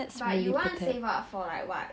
but you want to save up for like what